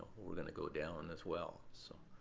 we're going to go down as well. so